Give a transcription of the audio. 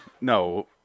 No